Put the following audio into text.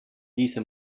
diese